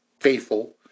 faithful